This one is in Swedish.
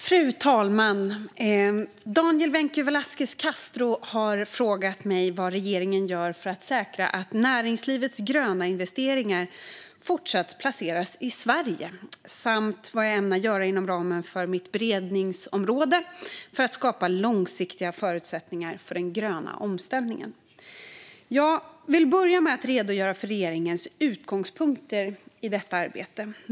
Fru talman! Daniel Vencu Velasquez Castro har frågat mig vad regeringen gör för att säkra att näringslivets gröna investeringar fortsatt placeras i Sverige samt vad jag ämnar göra inom ramen för mitt beredningsområde för att skapa långsiktiga förutsättningar för den gröna omställningen. Svar på interpellationer Jag vill börja med att redogöra för regeringens utgångspunkter i detta arbete.